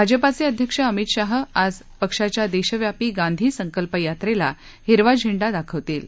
भाजपाचे अध्यक्ष अमित शहा आज पक्षाच्या देशव्यापी गांधी संकल्प यात्रेला हिरवा झेंडा दाखवतील